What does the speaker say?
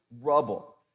rubble